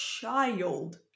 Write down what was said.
child